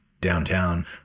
downtown